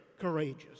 courageous